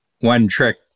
one-trick